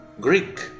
greek